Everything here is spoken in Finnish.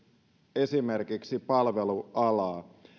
esimerkiksi palvelualaa